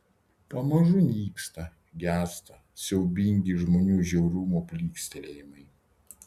pamažu nyksta gęsta siaubingi žmonių žiaurumo plykstelėjimai